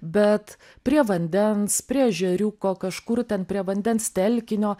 bet prie vandens prie ežeriuko kažkur ten prie vandens telkinio